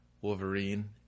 Wolverine